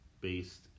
based